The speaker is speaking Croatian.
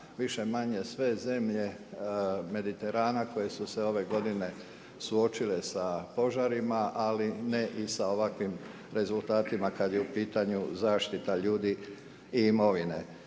više-manje sve zemlje Mediterana koje su se ove godine suočile sa požarima ali ne i sa ovakvim rezultatima kada je u pitanju zaštita ljudi i imovine.